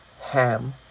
Ham